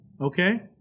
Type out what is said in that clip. Okay